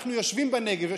אנחנו יושבים בנגב,